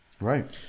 Right